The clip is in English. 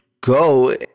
go